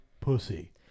Pussy